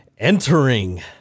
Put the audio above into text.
Entering